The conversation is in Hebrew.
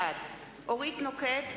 בעד אורית נוקד,